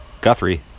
Guthrie